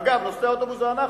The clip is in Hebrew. אגב, נוסעי האוטובוס זה אנחנו.